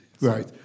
Right